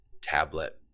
tablet